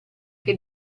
che